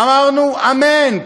אמרנו: אמן,